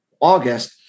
August